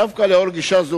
דווקא לאור גישה זו,